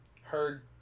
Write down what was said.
heard